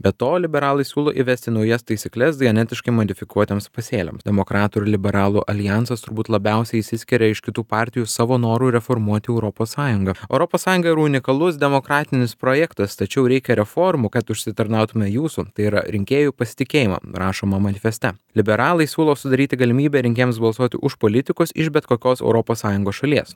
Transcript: be to liberalai siūlo įvesti naujas taisykles genetiškai modifikuotiems pasėliams demokratų ir liberalų aljansas turbūt labiausia išsiskiria iš kitų partijų savo noru reformuoti europos sąjungą europos sąjunga yra unikalus demokratinis projektas tačiau reikia reformų kad užsitarnautume jūsų tai yra rinkėjų pasitikėjimą rašoma manifeste liberalai siūlo sudaryti galimybę rinkėjams balsuoti už politikus iš bet kokios europos sąjungos šalies